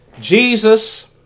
Jesus